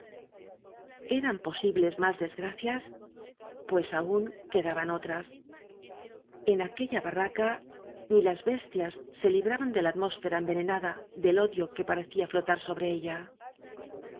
eran posibles más desgracias pues aún quedaban otras en aquella barraca ni las bes tias se libraban de la atmósfera envenenada de odio que parecía flotar sobre ella